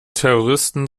terroristen